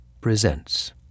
Presents